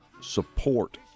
Support